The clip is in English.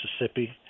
Mississippi